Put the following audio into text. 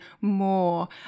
more